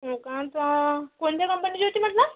हो का कोणत्या कंपनीची होती म्हटला